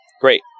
Great